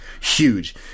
Huge